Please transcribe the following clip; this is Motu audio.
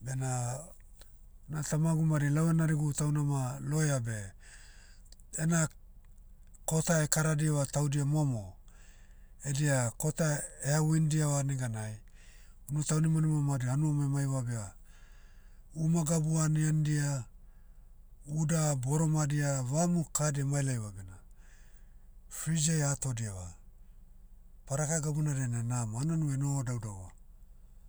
Bena, na tamagu madi lau enarigu taunama, lawyer beh, ena, kota ekaradiva taudia momo, edia kota eha windiava neganai, unu taunimanima madi hanuam emaiva beh, uma gabu aniandia, uda boromadia vamu kadia emailaiva bena, friziai ahatodiva. Paraka gabuna dainai namo anuanu enoho daudauva.